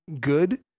good